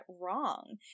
wrong